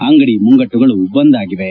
ಅಂಗಡಿ ಮುಂಗಟ್ಟುಗಳು ಬಂದ್ ಆಗಿವೆ